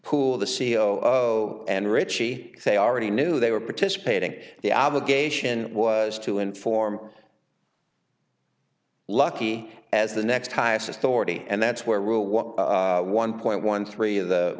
pool the c e o and richie they already knew they were participating in the obligation was to inform lucky as the next highest authority and that's where rule one point one three of the